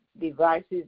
devices